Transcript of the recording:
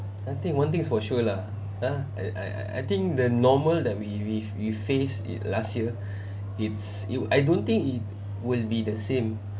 I think one thing's for sure lah ah I I think the normal that we we we face last year is I don't think it will be the same